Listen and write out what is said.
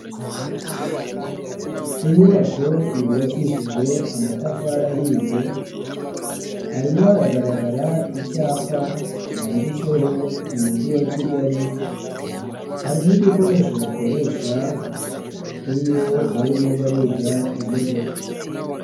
Inyubako yubakishije amatafari ahiye harimo haragaragara icyapa cyanditseho umujyi wa kigali hari n'udukoresho bakoresha iyo barimo bariga imodoka.